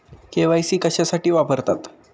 KYC कशासाठी वापरतात?